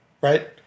right